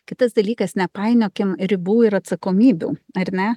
kitas dalykas nepainiokim ribų ir atsakomybių ar ne